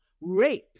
rape